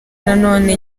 nanone